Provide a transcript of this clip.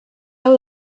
hau